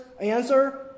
Answer